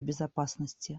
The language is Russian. безопасности